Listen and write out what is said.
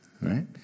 Right